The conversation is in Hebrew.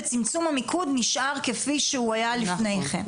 וצמצום המיקוד נשאר כפי שהוא היה לפני כן.